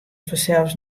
fansels